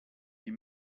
die